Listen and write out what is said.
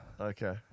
Okay